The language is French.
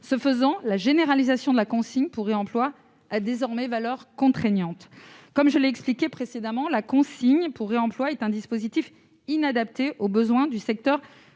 Ce faisant, la généralisation de la consigne pour réemploi a désormais valeur contraignante. Comme je l'ai expliqué précédemment, la consigne pour réemploi est un dispositif inadapté aux besoins du secteur